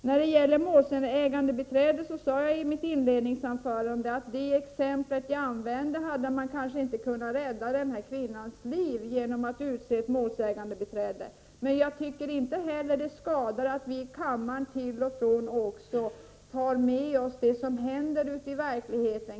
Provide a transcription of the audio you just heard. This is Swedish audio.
När det gäller målsägandebiträde sade jag i mitt inledningsanförande att man i det exempel som jag använde kanske inte hade kunnat rädda kvinnans liv genom att utse ett målsägandebiträde, men jag tycker inte heller det skadar att vi här i kammaren till och från tar till oss det som händer ute i verkligheten.